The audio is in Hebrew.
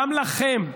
גם לכם,